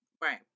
Right